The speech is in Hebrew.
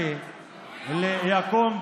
זה שקר,